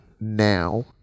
now